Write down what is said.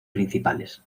principales